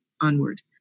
onward